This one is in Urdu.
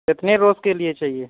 کتنے روز کے لیے چاہیے